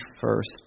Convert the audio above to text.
first